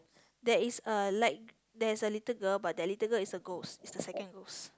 there is uh like there is a little girl but that little girl is a ghost is the second ghost